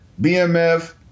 BMF